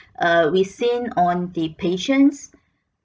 err we seen on the patients